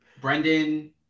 Brendan